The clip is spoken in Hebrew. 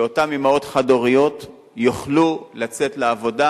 שאותן אמהות חד-הוריות יוכלו לצאת לעבודה